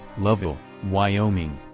lovell, wyoming.